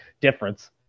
difference